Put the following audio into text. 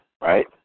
right